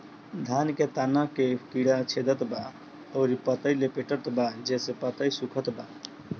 धान के तना के कीड़ा छेदत बा अउर पतई लपेटतबा जेसे पतई सूखत बा?